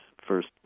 first